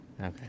Okay